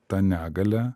ta negalia